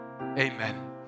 Amen